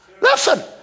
Listen